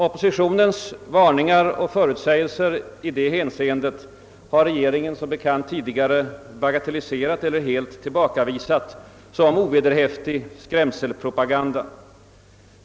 Oppositionens varningar och förutsägelser i det avseendet har regeringen som bekant tidigare bagatelliserat eller helt tillbakavisat som =:ovederhäftig skrämselpropaganda.